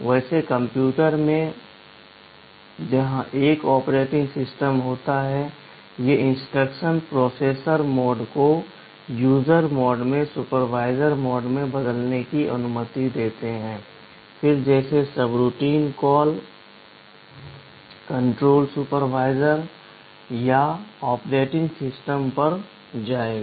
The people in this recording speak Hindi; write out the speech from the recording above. वैसे कंप्यूटर में जहां एक ऑपरेटिंग सिस्टम होता है ये इंस्ट्रक्शन प्रोसेसर मोड को यूजर मोड से सुपरवाइजर मोड में बदलने की अनुमति देते हैं और फिर जैसे सबरूटीन कॉल कंट्रोल सुपरवाइजर या ऑपरेटिंग सिस्टम पर जाएगा